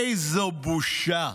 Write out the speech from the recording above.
איזו בושה.